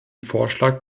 vorschlag